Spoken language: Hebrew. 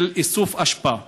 של איסוף אשפה.